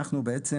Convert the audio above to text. אנחנו בעצם